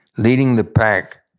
leading the pack,